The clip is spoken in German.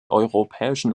europäischen